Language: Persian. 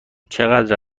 چقدر